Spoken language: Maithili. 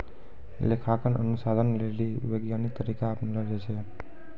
लेखांकन अनुसन्धान के लेली वैज्ञानिक तरीका अपनैलो जाय छै